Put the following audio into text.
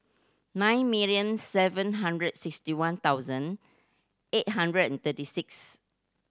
nine million seven hundred sixty one thousand eight hundred and thirty six